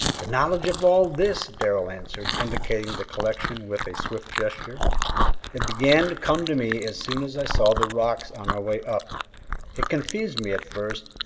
the knowledge of all this, darrell answered, indicating the collection with a swift gesture it began to come to me as soon as i saw the rocks on our way up it confused me at first,